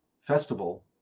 festival